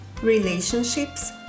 relationships